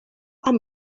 amb